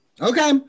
Okay